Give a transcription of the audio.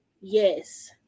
Yes